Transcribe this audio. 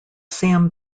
sam